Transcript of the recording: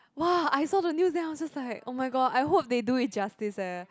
!whoa! I also don't use then I was just was like oh my god I hope they do it justice eh